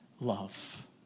love